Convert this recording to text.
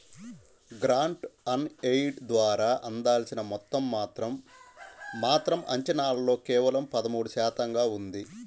grant on aid ద్వారా అందాల్సిన మొత్తం మాత్రం మాత్రం అంచనాల్లో కేవలం పదమూడు శాతంగా ఉంది